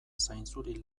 zainzuri